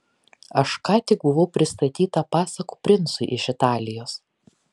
aš ką tik buvau pristatyta pasakų princui iš italijos